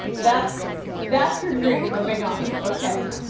that's that's your dream living on. okay.